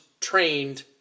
trained